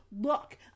look